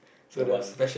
don't want